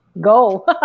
Go